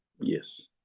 yes